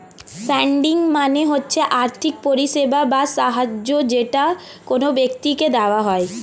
funding মানে হচ্ছে আর্থিক পরিষেবা বা সাহায্য যেটা কোন ব্যক্তিকে দেওয়া হয়